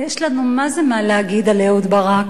יש לנו מה-זה מה להגיד על אהוד ברק.